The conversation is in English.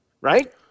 right